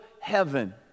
heaven